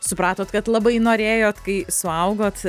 supratot kad labai norėjot kai suaugot